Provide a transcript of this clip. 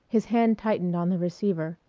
his hand tightened on the receiver.